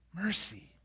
Mercy